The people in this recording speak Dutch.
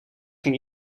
ging